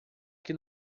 que